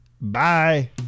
bye